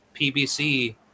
pbc